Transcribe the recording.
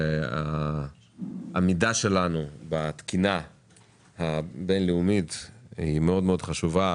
כשהעמידה שלנו בתקינה הבינלאומית מאוד חשובה